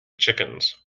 chickens